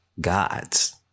gods